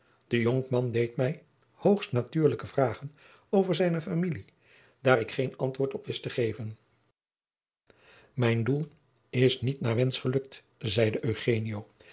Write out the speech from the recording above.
de jonkman deed mij hoogstnatuurlijke vragen over zijne familie daar ik geen antwoord op wist te geven mijn doel is niet naar wensch gelukt zeide